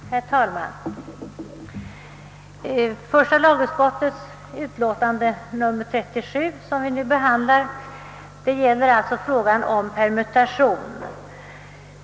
Herr talman! Första lagutskottets utlåtande nr 37, som vi nu behandlar, gäller frågan om permutation.